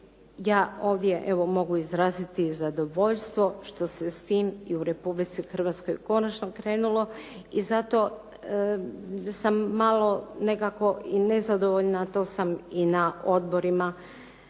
ja ovdje evo mogu izraziti zadovoljstvo što se s tim i u Republici Hrvatskoj konačno krenuli i zato sam malo nekako i nezadovoljna, to sam i na odborima